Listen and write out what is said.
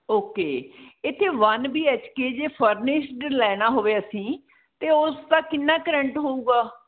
okay ਇੱਥੇ one B H K ਜੇ ਫਰਨਿਸ਼ਡ ਲੈਣਾ ਹੋਵੇ ਅਸੀਂ ਤਾਂ ਉਸ ਦਾ ਕਿੰਨਾ ਕੁ ਰੈਂਟ ਹੋਵੇਗਾ